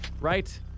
right